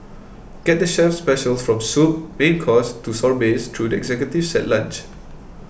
get the chef's specials from soup main course to sorbets through the Executive set lunch